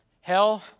hell